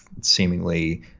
seemingly